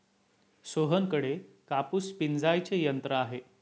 सोहनकडे कापूस पिंजायचे यंत्र आहे